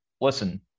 listen